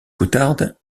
courtade